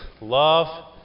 love